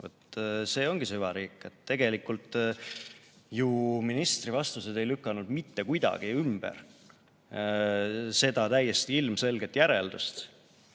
see ongi süvariik! Tegelikult ju ministri vastused ei lükanud mitte kuidagi ümber seda täiesti ilmselget järeldust,